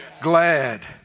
glad